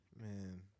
Man